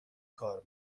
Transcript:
کار